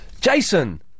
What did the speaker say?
Jason